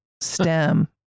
stem